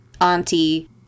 auntie